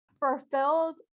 fulfilled